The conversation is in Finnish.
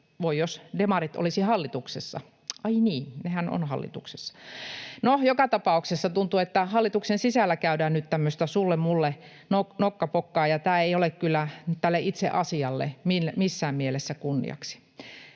voi jos demarit olisivat hallituksessa — ai niin, nehän ovat hallituksessa. No, joka tapauksessa tuntuu, että hallituksen sisällä käydään nyt tämmöistä sulle—mulle-nokkapokkaa, ja tämä ei ole kyllä tälle itse asialle missään mielessä kunniaksi.